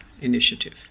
initiative